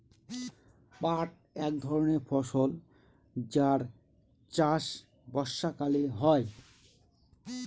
পাট এক ধরনের ফসল যার চাষ বর্ষাকালে হয়